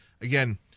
again